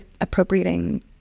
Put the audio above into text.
appropriating